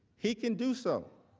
he can do so.